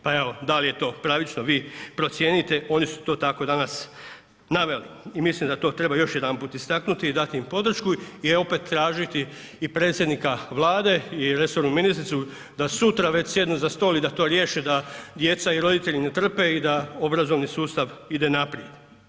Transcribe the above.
Pa evo da li je to pravično, vi procijenite oni su to tako danas naveli i mislim da to treba još jedanput istaknuti i dati im podršku i opet tražiti i predsjednika Vlade i resornu ministricu da sutra već sjednu za stol i da to riješe, da djeca i roditelji ne trpe i da obrazovni sustav ide naprijed.